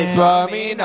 Swami